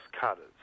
cutters